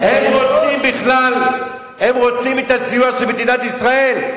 הם רוצים בכלל את הסיוע של מדינת ישראל?